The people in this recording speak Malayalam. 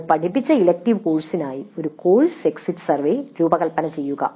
നിങ്ങൾ പഠിപ്പിച്ച ഇലക്ടീവ് കോഴ്സിനായി ഒരു കോഴ്സ് എക്സിറ്റ് സർവേ രൂപകൽപ്പന ചെയ്യുക